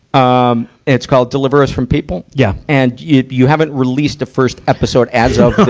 um it's called deliver us from people? yeah. and you, you haven't released a first episode as ah